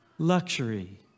luxury